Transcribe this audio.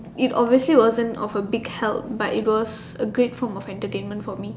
it obviously wasn't of a big help but it was a great form of entertainment for me